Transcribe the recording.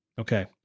okay